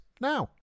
now